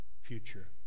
future